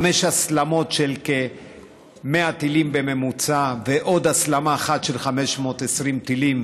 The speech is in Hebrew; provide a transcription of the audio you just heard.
חמש הסלמות של כ-100 טילים בממוצע ועוד הסלמה אחת של 520 טילים,